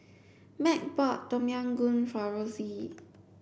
Meg bought Tom Yam Goong for Rosey